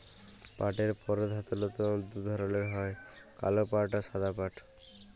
পাটের পরধালত দু ধরলের হ্যয় কাল পাট আর সাদা পাট